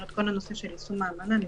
כלומר כל הנושא של יישום האמנה.